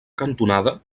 cantonada